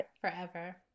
Forever